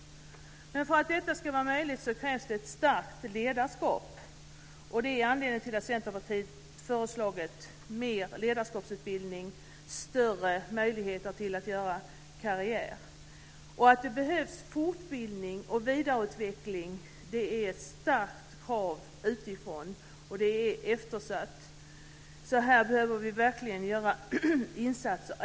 Men för att detta ska vara möjligt krävs det ett starkt ledarskap. Det är anledningen till att Centerpartiet har föreslagit mer ledarskapsutbildning och större karriärmöjligheter. Att det behövs fortbildning och vidareutveckling är ett starkt krav från poliserna, och det är eftersatt. I fråga om detta behöver vi verkligen göra insatser.